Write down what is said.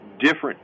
different